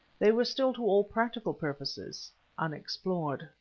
they were still to all practical purposes unexplored.